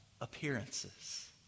appearances